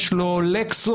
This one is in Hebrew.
יש לו לקסוס,